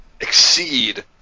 exceed